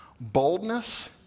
boldness